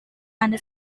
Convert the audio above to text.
anda